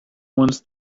ones